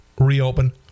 reopen